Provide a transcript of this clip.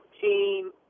team